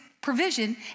provision